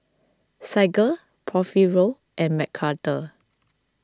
Saige Porfirio and Mcarthur